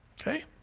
okay